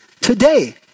today